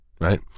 right